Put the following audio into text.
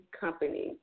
company